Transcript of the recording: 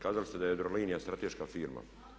Kazali ste da je Jadrolinija strateška firma.